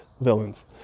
villains